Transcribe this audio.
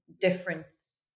difference